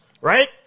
right